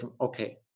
okay